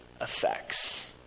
effects